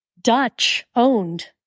Dutch-owned